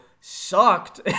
sucked